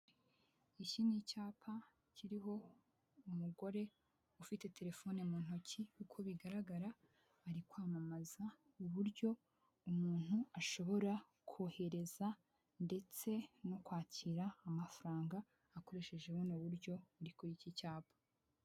Iki ni icyapa kiriho umugore ufite telefone mu ntoki uko bigaragara ari kwamamaza uburyo umuntu ashobora kohereza ndetse no kwakira amafaranga akoresheje buno buryo buri kuri iki cyapa.